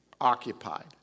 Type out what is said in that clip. occupied